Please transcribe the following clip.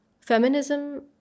Feminism